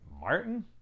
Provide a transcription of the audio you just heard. Martin